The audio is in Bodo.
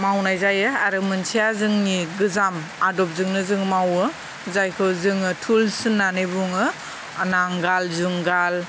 मावनाय जायो आरो मोनसेया जोंनि गोजाम आदबजोंनो जों मावो जायखौ जोङो टुल्स होननानै बुङो नांगाल जुंगाल